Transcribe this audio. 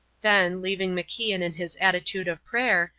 then, leaving macian in his attitude of prayer,